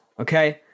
okay